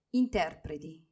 interpreti